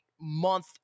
month